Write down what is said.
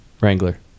Wrangler